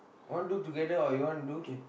want do together or you want to do